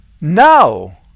No